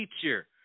teacher